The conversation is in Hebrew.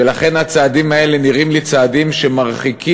ולכן הצעדים האלה נראים לי צעדים שמרחיקים